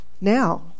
now